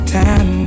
time